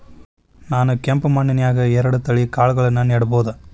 ನಾನ್ ಕೆಂಪ್ ಮಣ್ಣನ್ಯಾಗ್ ಎರಡ್ ತಳಿ ಕಾಳ್ಗಳನ್ನು ನೆಡಬೋದ?